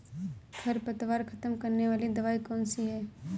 खरपतवार खत्म करने वाली दवाई कौन सी है?